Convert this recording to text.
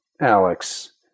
Alex